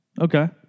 Okay